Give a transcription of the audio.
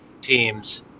teams